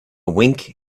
wink